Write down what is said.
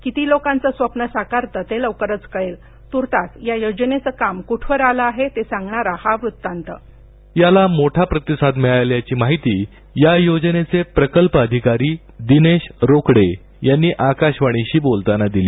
किती लोकांचं स्वप्न साकारतं ते लवकरच कळेल तूर्तास या योजनेचं काम कुठवर आलं आहे ते सांगणारा हा वृत्तांतः या ऑनलाईन नोंदणीला मोठा प्रतिसाद मिळाल्याची माहिती या योजनेचे प्रकल्प अधिकारी दिनेश रोकडे यांनी आकाशवाणीशी बोलताना दिली